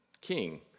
king